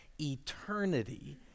eternity